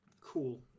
Cool